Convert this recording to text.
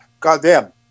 Goddamn